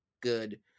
good